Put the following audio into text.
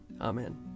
Amen